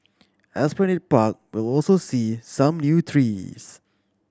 Esplanade Park will also see some new trees